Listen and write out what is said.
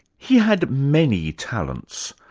he had many talents,